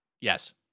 Yes